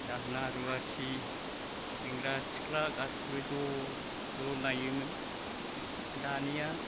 दाहोना रुवाथि सेंग्रा सिख्ला गासिबो ज' ज' नायोमोन दानिया